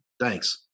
Thanks